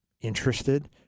interested